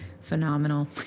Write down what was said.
Phenomenal